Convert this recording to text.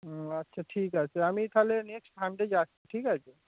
হুম আচ্ছা ঠিক আছে আমি তাহলে নেক্সট সানডে যাচ্ছি ঠিক আছে